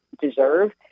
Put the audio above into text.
deserve